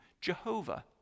Jehovah